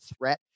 threat